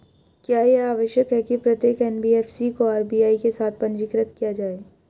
क्या यह आवश्यक है कि प्रत्येक एन.बी.एफ.सी को आर.बी.आई के साथ पंजीकृत किया जाए?